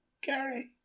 Gary